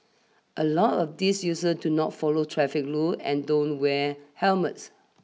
a lot of these user do not follow traffic rules and don't wear helmets